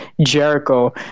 Jericho